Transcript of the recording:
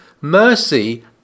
mercy